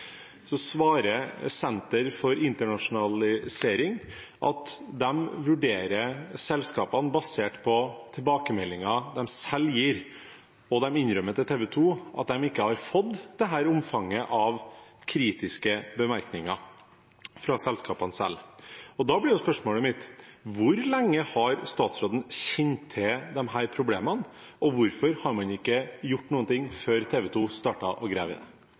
så svarer Senter for internasjonalisering at de vurderer selskapene basert på tilbakemeldinger de selv gir, og de innrømmer til TV 2 at de ikke har fått dette omfanget av kritiske bemerkninger fra selskapene selv. Og da blir spørsmålet mitt: Hvor lenge har statsråden kjent til disse problemene, og hvorfor har man ikke gjort noe før TV 2 startet å